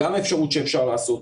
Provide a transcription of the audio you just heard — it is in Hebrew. גם אפשרות שאפשר לעשות.